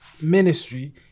ministry